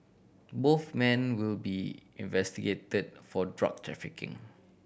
both men will be investigated for drug trafficking